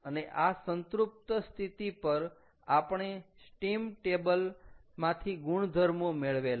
અને આ સંતૃપ્ત સ્થિતિ પર આપણે સ્ટીમ ટેબલ માંથી ગુણધર્મો મેળવેલા